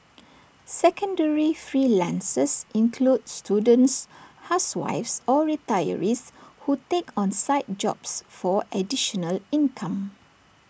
secondary freelancers include students housewives or retirees who take on side jobs for additional income